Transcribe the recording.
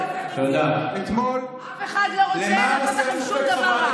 אף אחד לא רוצה שום דבר רע,